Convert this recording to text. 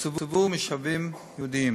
והוקצו משאבים ייעודיים.